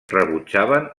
rebutjaven